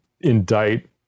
indict